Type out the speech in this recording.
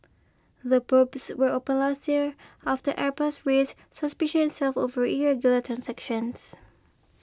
the probes were opened last year after airbus raised suspicions itself over irregular transactions